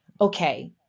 Okay